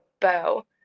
bow